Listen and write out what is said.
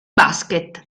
basket